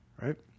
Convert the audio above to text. right